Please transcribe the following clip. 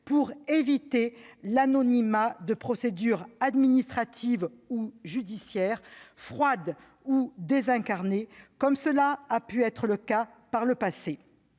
puisse éviter l'anonymat de procédures administratives ou judiciaires froides et désincarnées, comme on a pu en voir par le passé.